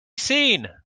seen